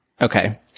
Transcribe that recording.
Okay